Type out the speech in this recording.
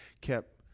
kept